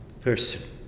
person